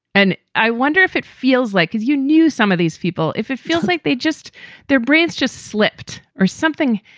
and i wonder if it feels like you knew some of these people, if it feels like they just their brains just slipped or something.